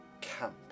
camp